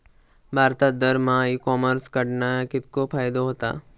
भारतात दरमहा e commerce कडणा कितको फायदो होता?